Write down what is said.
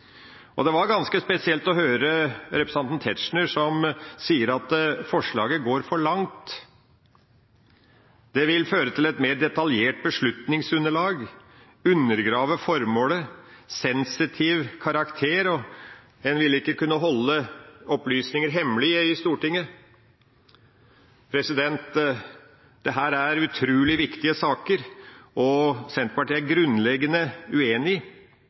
Det var ganske spesielt å høre representanten Tetzschner, som sier at forslaget går for langt – det vil føre til et mer detaljert beslutningsunderlag, undergrave formålet, er av sensitiv karakter, og en ville ikke kunne holde opplysninger hemmelige i Stortinget. Dette er utrolig viktige saker, og Senterpartiet er grunnleggende uenig i